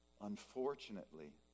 unfortunately